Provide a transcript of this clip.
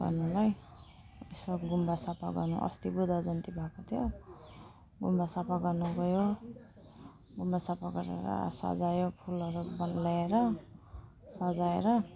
गर्नुलाई सब गुम्बा सफा गर्नु अस्ति बुद्ध जयन्ती भएको थियो गुम्बा सफा गर्नु गयो गुम्बा सफा गरेर सजायो फुलहरू ल्याएर सजाएर